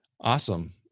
Awesome